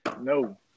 No